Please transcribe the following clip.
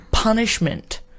punishment